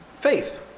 Faith